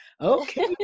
Okay